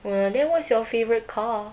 !wah! then what's your favourite car